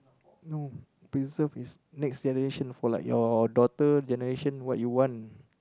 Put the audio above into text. no preserve is next generation for like your daughter generation what you want